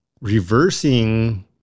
reversing